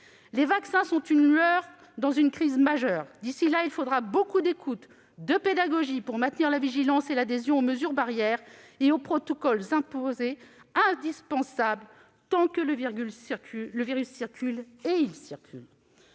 Les vaccins sont une lueur dans une crise majeure. D'ici là, il faudra beaucoup d'écoute et de pédagogie pour maintenir la vigilance et l'adhésion aux mesures barrières et aux protocoles imposés, indispensables tant que le virus circule, ce